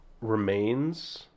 remains